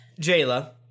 Jayla